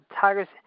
Tigers